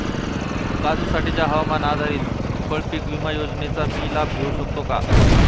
काजूसाठीच्या हवामान आधारित फळपीक विमा योजनेचा मी लाभ घेऊ शकतो का?